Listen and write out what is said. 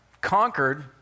conquered